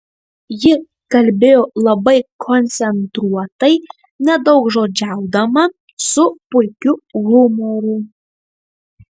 ji kalbėjo labai koncentruotai nedaugžodžiaudama su puikiu humoru